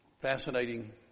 Fascinating